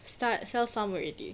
start sell some already